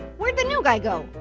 where'd the new guy go?